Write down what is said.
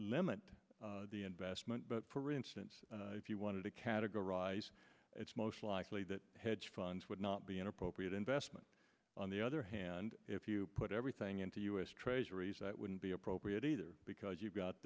limit the investment but for instance if you wanted to categorize it's most likely that hedge funds would not be an appropriate investment on the other hand if you put everything into u s treasuries that wouldn't be appropriate either because you've got